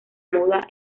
moda